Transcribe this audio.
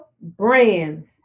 brands